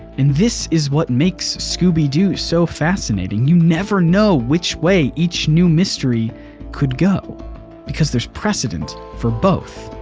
and this is what makes scooby-doo so fascinating you never know which way each new mystery could go because there's precedent for both.